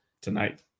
tonight